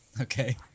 Okay